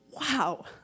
Wow